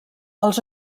els